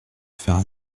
faire